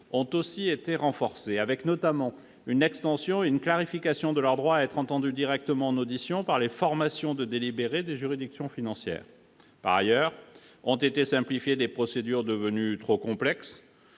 ont aussi été renforcés, notamment avec une extension et une clarification de leur droit à être entendues directement en audition par les formations de délibéré des juridictions financières. Par ailleurs ont été simplifiées des procédures devenues trop complexes